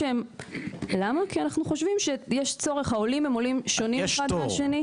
כי אנחנו חושבים שהעולים שונים אחד מהשני.